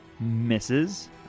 Misses